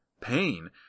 pain